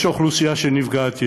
יש אוכלוסייה שנפגעת ישירות,